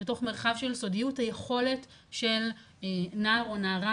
בתוך מרחב של סודיות היכולת של נער או נערה